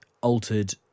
altered